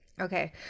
Okay